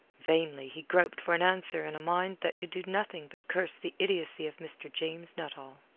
vainly he groped for an answer in a mind that could do nothing but curse the idiocy of mr. james nuttall.